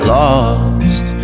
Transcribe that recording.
lost